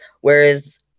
Whereas